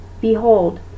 Behold